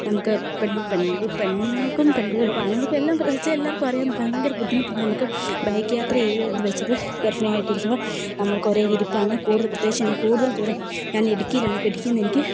നമുക്ക് പെണ്ണുങ്ങൾക്കും പെൺകുട്ടികൾക്കും ആണുങ്ങൾക്കും എല്ലാം തീർച്ചയായും എല്ലാവർക്കും അറിയാവുന്ന ഭയങ്കര ബുദ്ധിമുട്ടാണ് നമുക്ക് ബൈക്ക് യാത്ര എന്നുവച്ച് അത് ഗർഭിണിയായിട്ടിരിക്കുമ്പോൾ നമ്മൾക്ക് ഒരേ ഇരിപ്പാണ് കൂടുതൽ പ്രത്യകിച്ച് എനിക്ക് കൂടുതൽ ദൂരം ഞാൻ ഇടുക്കിയിലാണ് അപ്പോൾ ഇടുക്കിയെന്ന് എനിക്ക്